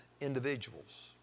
individuals